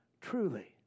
truly